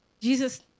Jesus